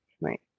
Right